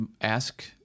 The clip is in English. ask